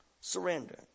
surrender